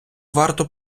варто